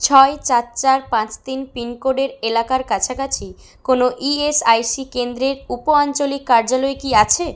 ছয় চার চার পাঁচ তিন পিনকোডের এলাকার কাছাকাছি কোনো ইএসআইসি কেন্দ্রের উপ আঞ্চলিক কার্যালয় কি আছে